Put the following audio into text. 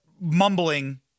mumbling